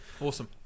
Awesome